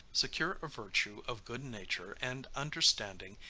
secure of virtue, of good nature, and understanding,